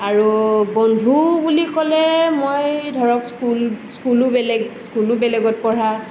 আৰু বন্ধু বুলি ক'লে মই ধৰক স্কুল স্কুলো বেলেগ স্কুলো বেলেগত পঢ়া